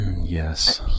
Yes